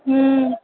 हूँ